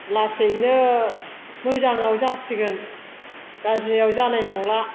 लासैनो मोजाङाव जासिगोन गाज्रियाव जानाय नंला